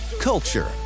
culture